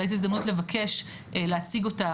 אולי זה הזדמנות לבקש להציג אותה